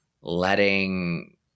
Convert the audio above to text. letting